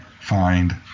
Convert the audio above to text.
find